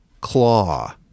Claw